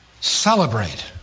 celebrate